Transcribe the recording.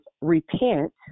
repent